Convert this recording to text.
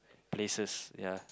places ya